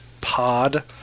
pod